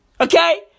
Okay